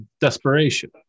desperation